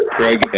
Craig